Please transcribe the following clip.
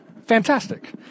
fantastic